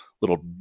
little